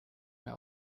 mehr